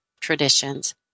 traditions